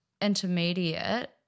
intermediate